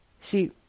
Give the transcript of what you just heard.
See